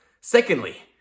Secondly